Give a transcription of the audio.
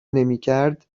نمیکرد